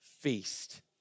feast